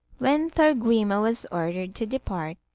when thorgrima was ordered to depart,